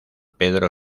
pedro